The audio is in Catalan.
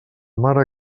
mare